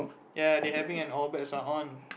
ya they having an all bets are on